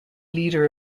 leader